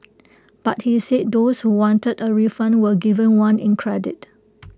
but he said those who wanted A refund were given one in credit